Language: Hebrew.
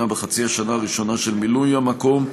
בחצי השנה הראשונה של מילוי המקום,